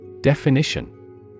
Definition